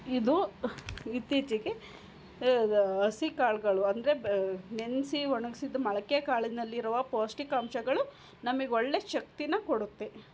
ಇದು ಇತ್ತೀಚೆಗೆ ಹಸಿ ಕಾಳುಗಳು ಅಂದರೆ ಬೆ ನೆನೆಸಿ ಒಣಗ್ಸಿದು ಮೊಳ್ಕೆ ಕಾಳಿನಲ್ಲಿರುವ ಪೋಷ್ಟಿಕಾಂಶಗಳು ನಮಗೆ ಒಳ್ಳೆ ಶಕ್ತಿನ ಕೊಡುತ್ತೆ